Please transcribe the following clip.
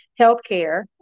healthcare